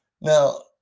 Now